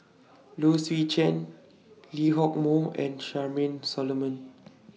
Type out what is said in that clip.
Low Swee Chen Lee Hock Moh and Charmaine Solomon